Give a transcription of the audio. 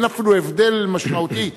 אין אפילו הבדל משמעותי,